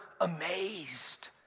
amazed